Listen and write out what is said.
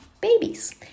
babies